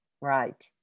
right